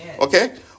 Okay